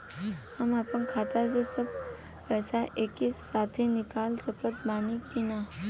हम आपन खाता से सब पैसा एके साथे निकाल सकत बानी की ना?